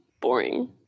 boring